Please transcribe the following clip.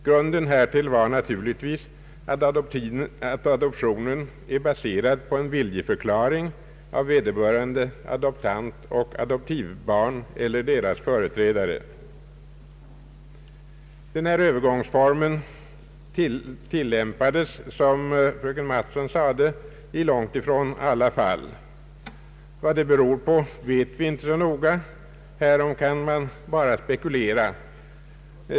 Grunden härtill var naturligtvis att adoptionen var baserad på en viljeförklaring av vederbörande adoptant och adoptivbarn eller deras företrädare. Denna Öövergångsform tillämpades, som fröken Mattson här sade, i långtifrån alla fall. Vad detta beror på vet vi inte så noga — härom kan vi bara spekulera.